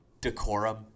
decorum